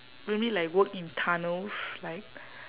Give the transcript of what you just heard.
maybe like work in tunnels like